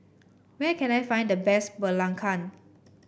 where can I find the best Belacan